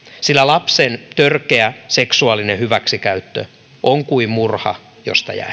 sillä lapsen törkeä seksuaalinen hyväksikäyttö on kuin murha josta jää